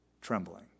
trembling